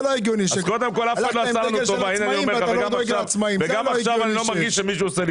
לא הגיוני שהלכת בשביל העצמאים והיום אתה בכלל לא נמצא שם.